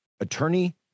Attorney